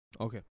Okay